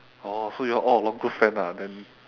oh so you all along good friend lah then